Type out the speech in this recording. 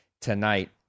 tonight